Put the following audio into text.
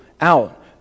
out